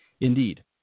Indeed